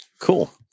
Cool